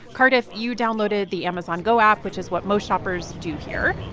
cardiff, you downloaded the amazon go app, which is what most shoppers do here